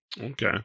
Okay